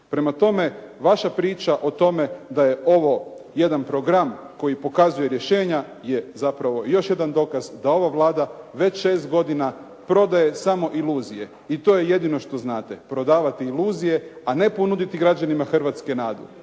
Prema tome, vaša priča o tome da je ovo jedan program koji pokazuje rješenja je zapravo još jedan dokaz da ova Vlada već 6 godina prodaje samo iluzije. I to je jedino što znate. Prodavati iluzije, a ne ponuditi građanima Hrvatske nadu.